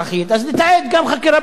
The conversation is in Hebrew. אז לתעד גם חקירה ביטחונית.